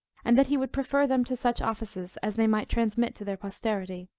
and that he would prefer them to such offices, as they might transmit to their posterity.